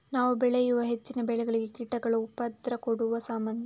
ನಾವು ಬೆಳೆಯುವ ಹೆಚ್ಚಿನ ಬೆಳೆಗಳಿಗೆ ಕೀಟಗಳು ಉಪದ್ರ ಕೊಡುದು ಸಾಮಾನ್ಯ